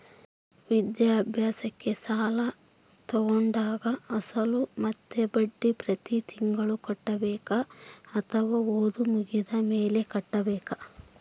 ವಿದ್ಯಾಭ್ಯಾಸಕ್ಕೆ ಸಾಲ ತೋಗೊಂಡಾಗ ಅಸಲು ಮತ್ತೆ ಬಡ್ಡಿ ಪ್ರತಿ ತಿಂಗಳು ಕಟ್ಟಬೇಕಾ ಅಥವಾ ಓದು ಮುಗಿದ ಮೇಲೆ ಕಟ್ಟಬೇಕಾ?